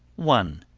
one.